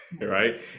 right